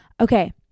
okay